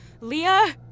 Leah